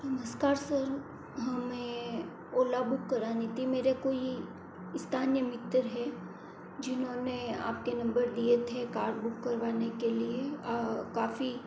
नमस्कार सर हमें ओला बुक करानी थी मेरे कोई स्थानीय मित्र हैं जिन्होंने आपके नंबर दिए थे कार बुक करवाने के लिए काफ़ी